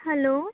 hello